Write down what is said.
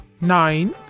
nine